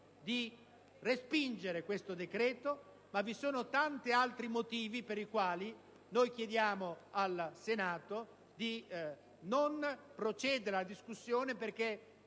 di respingere questo decreto-legge. Ma vi sono tanti altri motivi per chiedere al Senato di non procedere alla discussione perché